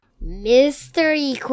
mystery